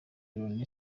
ronnie